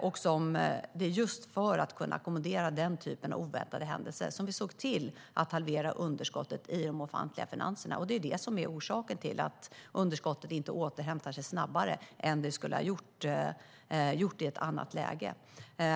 Det var just för att ackommodera denna typ av oväntade händelser som vi såg till att halvera underskottet i de offentliga finanserna. Det är det som är orsaken till att underskottet inte återhämtar sig snabbare än det skulle ha gjort i ett annat läge.